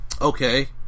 Okay